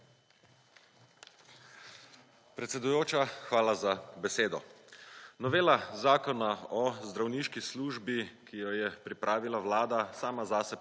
Predsedujoča, hvala za besedo. Novela zakona o zdravniški službi, ki jo je pripravila vlada, sama zase pravi,